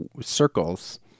circles